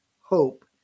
hope